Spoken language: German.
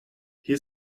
hier